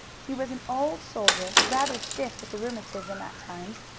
he was an old soldier, rather stiff with the rheumatism at times,